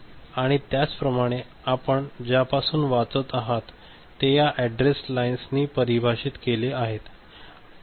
आणि त्याचप्रमाणे आपण ज्यापासून वाचत आहात ते या ऍड्रेस लाईन्स नी परिभाषित केले आहेत